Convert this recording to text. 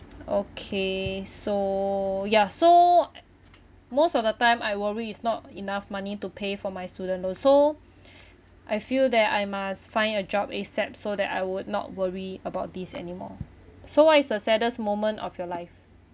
okay so ya so most of the time I worry is not enough money to pay for my student loan so I feel that I must find a job ASAP so that I would not worry about this anymore so what is the saddest moment of your life